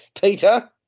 Peter